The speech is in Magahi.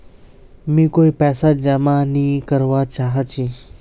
मी कोय पैसा जमा नि करवा चाहची